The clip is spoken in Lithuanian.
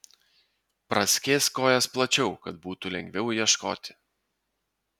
praskėsk kojas plačiau kad būtų lengviau ieškoti